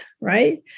right